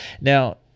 now